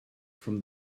from